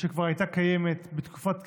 שכבר הייתה קיימת בתקופת כהונתכם,